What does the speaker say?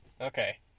Okay